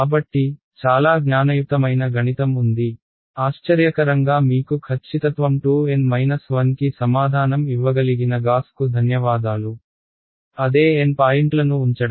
కాబట్టి చాలా జ్ఞానయుక్తమైన గణితం ఉంది ఆశ్చర్యకరంగా మీకు ఖచ్చితత్వం 2 N 1 కి సమాధానం ఇవ్వగలిగిన గాస్కు ధన్యవాదాలు అదే N పాయింట్లను ఉంచడం